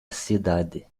cidade